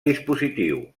dispositiu